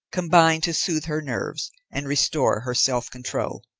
combined to soothe her nerves and restore her self-control.